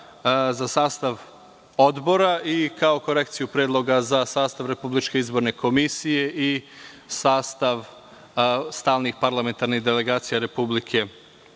za sastav odbora, kao i korekciju Predloga za sastav Republičke izborne komisije i sastav stalnih parlamentarnih delegacija Narodne